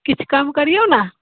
किछु कम करियौ ने